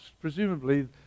presumably